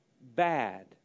bad